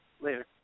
Later